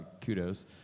kudos